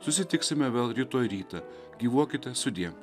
susitiksime vėl rytoj rytą gyvuokite sudie